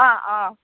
অঁ অঁ